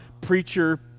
preacher